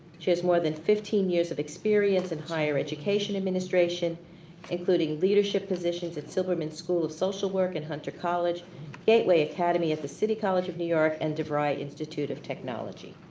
she has more than fifteen years of experience in higher education administration including leadership positions at silberman school of social work and hunter college gateway academy at the city college of new york and devry institute of technology.